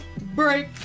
break